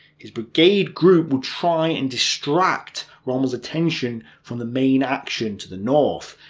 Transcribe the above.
his brigade group would try and distract rommel's attention from the main action to the north,